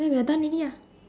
then we are done already ah